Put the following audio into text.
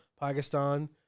Pakistan